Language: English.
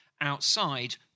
outside